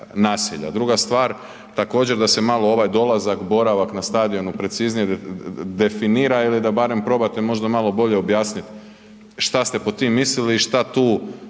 Druga stvar, također, da se malo ovaj dolazak, boravak na stadionu preciznije definira ili da barem probate možda malo bolje objasniti što ste pod tim mislili i što tu